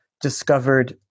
discovered